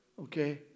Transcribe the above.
Okay